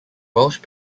welsh